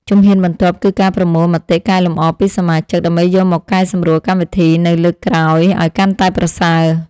ជំហានបន្ទាប់ គឺការប្រមូលមតិកែលម្អពីសមាជិក ដើម្បីយកមកកែសម្រួលកម្មវិធីនៅលើកក្រោយឱ្យកាន់តែប្រសើរ។